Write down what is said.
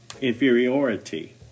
inferiority